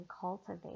cultivate